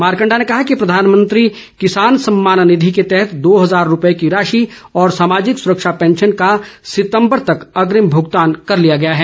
मारकंडा ने कहा कि प्रधानमंत्री किसान सम्मान निधि के तहत दो हजार रूपए की राशि और सामाजिक सुरक्षा पैंशन का सितम्बर तक अग्रिम भुगतान कर लिया गया है